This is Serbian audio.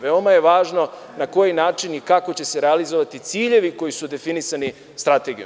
Veoma je važno na koji način i kako će se realizovati ciljevi koji su definisani strategijom.